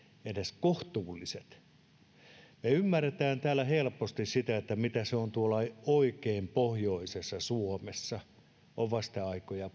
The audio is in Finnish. edes kohtuulliset vasteajat me ymmärrämme täällä helposti mitä se on tuolla oikein pohjoisessa suomessa siellä on vasteaikoja